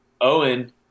Owen